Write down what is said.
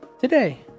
today